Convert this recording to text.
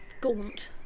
Gaunt